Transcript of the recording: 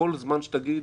כל זמן שתגיד